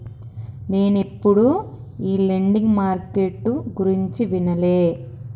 నేనెప్పుడు ఈ lending market గురించి వినలే